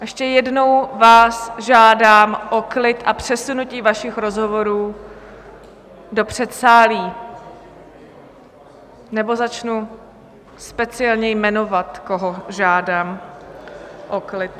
Ještě jednou vás žádám o klid a přesunutí vašich rozhovorů do předsálí, nebo začnu speciálně jmenovat, koho žádám o klid.